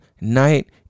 night